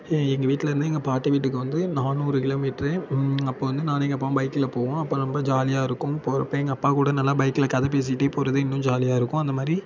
எங்கள் வீட்டுலேருந்து எங்கள் பாட்டி வீட்டுக்கு வந்து ஒரு நானூறு கிலோமீட்ரு அப்போ வந்து நானும் எங்கள் அப்பாவும் பைக்கில் போவோம் அப்போ ரொம்ப ஜாலியாக இருக்கும் போகிறப்ப எங்கள் அப்பா கூட நல்லா பைக்கில் கதை பேசிட்டே போகிறது இன்னும் ஜாலியாக இருக்கும் அந்தமாதிரி